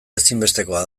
ezinbestekoa